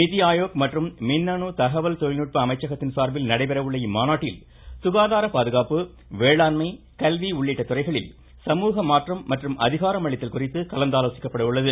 நிதிஆயோக் மற்றும் மின்னணு தகவல் தொழில்நுட்ப அமைச்சகத்தின் சார்பில் நடைபெறவுள்ள இம்மாநாட்டில் சுகாதார பாதுகாப்பு வேளாண்மை கல்வி உள்ளிட்ட துறைகளில் சமூக மாற்றம் மற்றும் அதிகாரமளித்தல் குறித்து கலந்து ஆலோசிக்கப்பட உள்ளது